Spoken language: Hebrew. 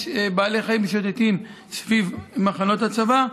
בעלי חיים משוטטים סביב מחנות הצבא,